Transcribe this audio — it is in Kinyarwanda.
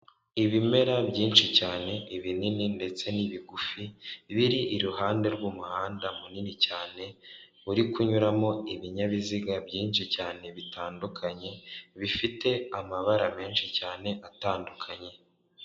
Ibimera byinshi cyane ibinini ndetse n'ibigufi, biri iruhande rw'umuhanda munini cyane, uri kunyuramo ibinyabiziga byinshi cyane bitandukanye, bifite amabara menshi cyane atandukanye.